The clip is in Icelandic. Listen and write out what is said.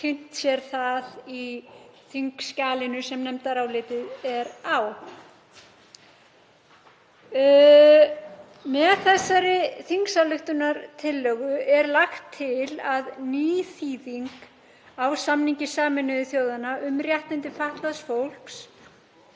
kynnt sér það í þingskjalinu sem nefndarálitið er á. Með þessari þingsályktunartillögu er lagt til að ný þýðing á samningi Sameinuðu þjóðanna um réttindi fatlaðs fólks